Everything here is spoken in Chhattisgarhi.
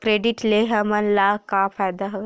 क्रेडिट ले हमन ला का फ़ायदा हवय?